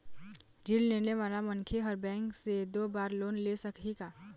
ऋण लेने वाला मनखे हर बैंक से दो बार लोन ले सकही का?